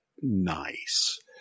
nice